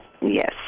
yes